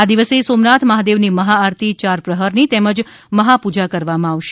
આ દિવસે સોમનાથ મહાદેવની મહાઆરતી યાર પ્રહારની તેમજ મહાપૂજા કરવામાં આવશે